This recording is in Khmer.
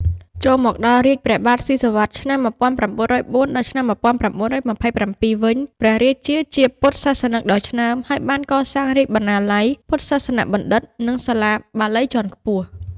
ចូលមកដល់រាជ្យ ព្រះបាទស៊ីសុវត្ថិ (ឆ្នាំ ១៩០៤-១៩២៧) វិញ ព្រះរាជាជាពុទ្ធសាសនិកដ៏ឆ្នើម ហើយបាន កសាងរាជបណ្ណាល័យ ពុទ្ធសាសនបណ្ឌិត្យ និងសាលាបាលីជាន់ខ្ពស់ ។